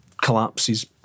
Collapses